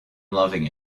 loving